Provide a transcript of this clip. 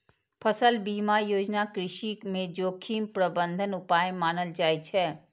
फसल बीमा योजना कृषि मे जोखिम प्रबंधन उपाय मानल जाइ छै